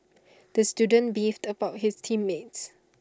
the student beefed about his team mates